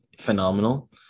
phenomenal